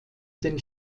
den